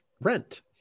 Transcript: Rent